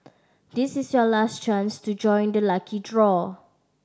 this is your last chance to join the lucky draw